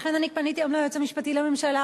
לכן פניתי היום ליועץ המשפטי לממשלה